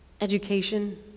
education